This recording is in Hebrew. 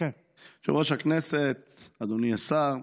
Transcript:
יושב-ראש הישיבה, אדוני השר,